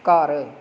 ਘਰ